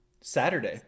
Saturday